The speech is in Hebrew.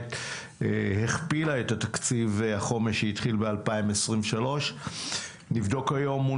הקודמת הכפילה את תקציב החומש שהתחיל ב-2023 נבדוק היום מול